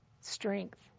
strength